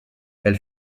elle